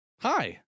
hi